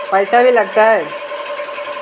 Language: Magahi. पैसा भी लगतय?